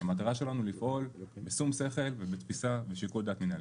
המטרה שלנו לפעול בשום שכל ובתפיסה ובשיקול דעת מנהלי.